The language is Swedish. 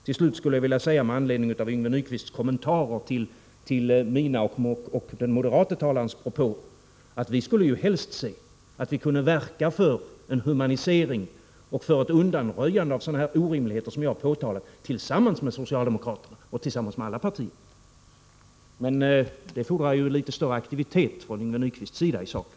Till slut skulle jag, med anledning av Yngve Nyquists kommentarer till mina och den moderate talarens propåer, vilja säga: Vi skulle helst se att vi kunde verka för en humanisering och ett undanröjande av sådana orimligheter som jag har påtalat tillsammans med socialdemokraterna och tillsammans med övriga partier. Men det fordrar litet större aktivitet från Yngve Nyquists sida.